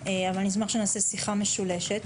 אבל אני אשמח שנעשה שיחה משולשת,